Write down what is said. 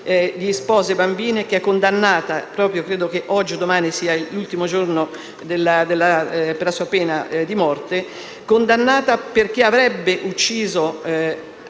Grazie,